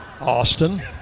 Austin